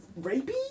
rapey